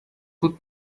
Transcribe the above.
put